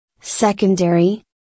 Secondary